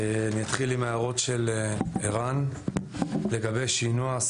אני אתחיל עם ההערות של ערן לגבי שינוע,